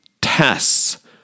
tests